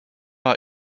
are